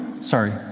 sorry